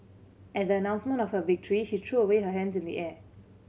at the announcement of her victory she threw away her hands in the air